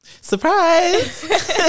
surprise